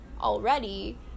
Already